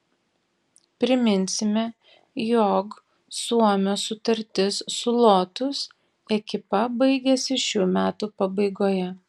priminsime jog suomio sutartis su lotus ekipa baigiasi šių metų pabaigoje